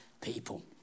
people